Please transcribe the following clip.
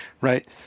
right